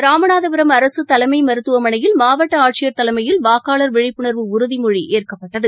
ராமநாதபுரம் அரசுதலைமைருத்துவமனையில் மாவட்டஆட்சியர் தலைமையில் வாக்காளர் விழிப்புணர்வு உறுதிமொழிஏற்கப்பட்டது